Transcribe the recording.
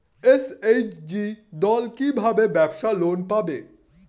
SHG দল কী ভাবে ব্যাবসা লোন পাবে?